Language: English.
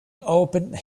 opened